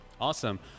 Awesome